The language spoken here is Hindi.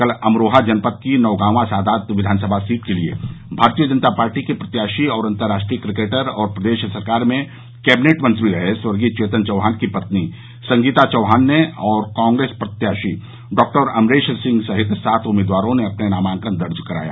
कल अमरोहा जनपद की नौगावां सादात विधानसभा के लिए भारतीय जनता पार्टी की प्रत्याशी और अन्तर्राष्ट्रीय किकेटर और प्रदेश सरकार में कैबिनेट मंत्री रहे स्वर्गीय चेतन चौहान की पत्नी संगीता चौहान ने और कांग्रेस प्रत्याशी डॉक्टर अमरेश सिंह सहित सात उम्मीदवारों ने अपना नामांकन दर्ज कराया